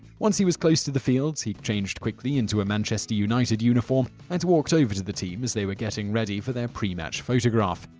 once he was close to the field, he changed quickly into a manchester united uniform and walked over to the team as they were getting ready for their pre-match photograph.